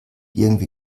irgendwie